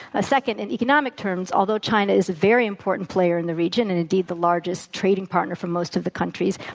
ah second, in economic terms, although china is a very important player in the region, and indeed the largest trading partner for most of the countries,